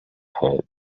head